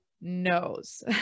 knows